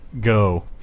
Go